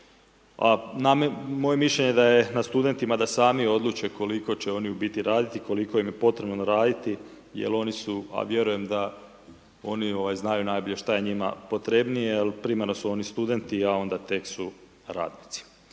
Moje mišljenje je da je na studentima da sami odluče koliko će oni u biti raditi, koliko im je potrebno raditi, jer oni su, a vjerujem da oni znaju najbolje šta je njima potrebnije, ali primarno su oni studenti a onda tek su radnici.